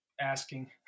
asking